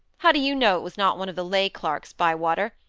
how do you know it was not one of the lay-clerks, bywater?